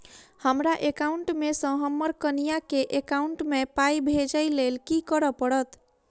हमरा एकाउंट मे सऽ हम्मर कनिया केँ एकाउंट मै पाई भेजइ लेल की करऽ पड़त?